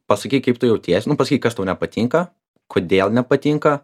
pasakyk kaip tu jautiesi nu pasakyk kas tau nepatinka kodėl nepatinka